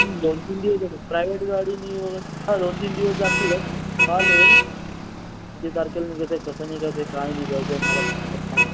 दोन तीन दिवस जातात प्रायवेट गाडीनी हां दोन तीन दिवस जातीलच चालेल किती तारखेला निघायचंय कसं निघायचंय काय निघायचंय मला फक्त सांग